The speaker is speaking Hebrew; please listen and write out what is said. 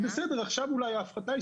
שזה בסדר עכשיו אולי ההפחתה היא